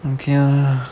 okay lah